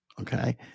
okay